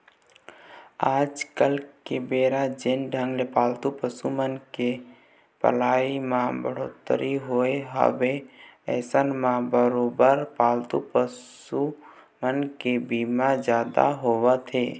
आज के बेरा जेन ढंग ले पालतू पसु मन के पलई म बड़होत्तरी होय हवय अइसन म बरोबर पालतू पसु मन के बीमा जादा होवत हे